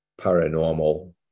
paranormal